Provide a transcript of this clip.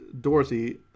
Dorothy